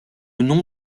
nom